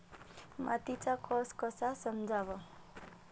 मातीचा कस कसा समजाव?